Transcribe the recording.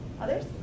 Others